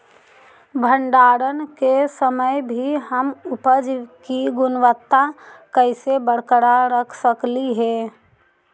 भंडारण के समय भी हम उपज की गुणवत्ता कैसे बरकरार रख सकली हे?